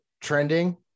trending